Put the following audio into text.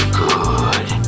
good